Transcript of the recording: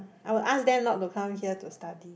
I will ask them not to come here to study